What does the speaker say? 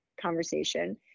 conversation